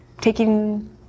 taking